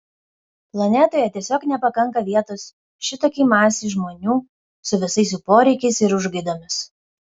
planetoje tiesiog nepakanka vietos šitokiai masei žmonių su visais jų poreikiais ir užgaidomis